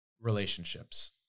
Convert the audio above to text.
relationships